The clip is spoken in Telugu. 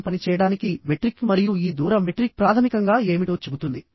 దీనిని రంధ్రము గుండా కనెక్ట్ చేయబడి ఉంది